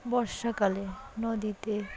বর্ষাকালে নদীতে